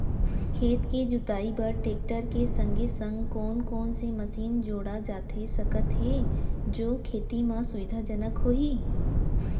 खेत के जुताई बर टेकटर के संगे संग कोन कोन से मशीन जोड़ा जाथे सकत हे जो खेती म सुविधाजनक होही?